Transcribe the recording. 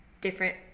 different